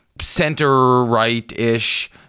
center-right-ish